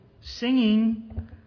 singing